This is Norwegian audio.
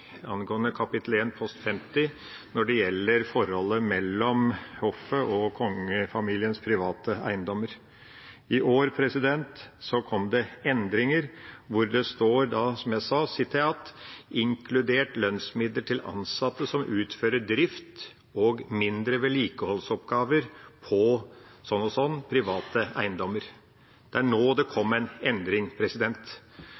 angående kap. 1 post 50 når det gjelder forholdet mellom hoffet og kongefamiliens private eiendommer. I år kom det endringer, hvor det står «inkludert lønnsmidler til ansatte som utfører drift og mindre vedlikeholdsoppgaver på private eiendommer». Det er nå det